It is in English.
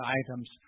items